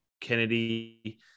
Kennedy